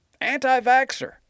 anti-vaxxer